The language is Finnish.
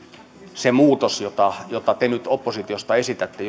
se muutos jota jota te nyt oppositiosta esitätte